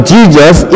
Jesus